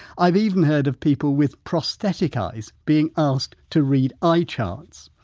i've even heard of people with prosthetic eyes being asked to read eye charts.